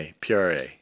PRA